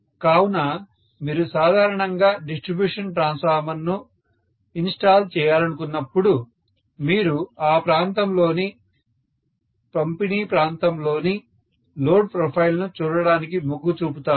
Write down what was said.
కావున మీరు సాధారణంగా డిస్ట్రిబ్యూషన్ ట్రాన్స్ఫార్మర్ను ఇన్స్టాల్ చేయాలనుకున్నప్పుడు మీరు ఆ ప్రాంతంలోని పంపిణీ ప్రాంతంలోని లోడ్ ప్రొఫైల్ ను చూడటానికి మొగ్గు చూపుతారు